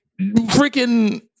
freaking